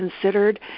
considered